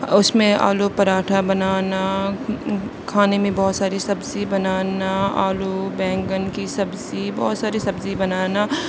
اس میں آلو پراٹھا بنانا کھانے میں بہت ساری سبزی بنانا آلو بینگن کی سبزی بہت ساری سبزی بنانا